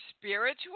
spiritual